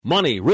Money